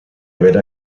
aver